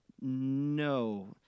no